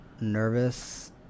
nervous